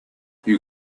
you